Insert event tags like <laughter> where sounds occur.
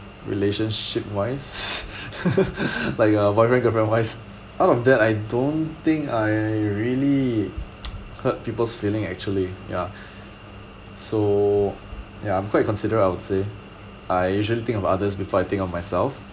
relationship wise <laughs> like a boyfriend girlfriend wise out of that I don't think I really <noise> hurt people's feelings actually ya so ya I'm quite considerate I would say I usually think of others before I think of myself